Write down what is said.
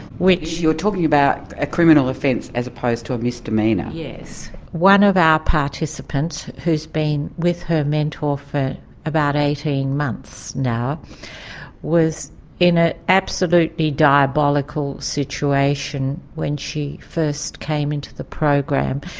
which. you're talking about a criminal offence as opposed to a misdemeanour. yes. one of our participants, who's been with her mentor for about eighteen months now was in an absolutely diabolical situation when she first came into the program.